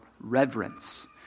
reverence